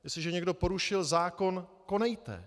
Jestliže někdo porušil zákon, konejte.